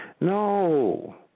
No